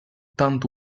tanto